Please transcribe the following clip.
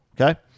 okay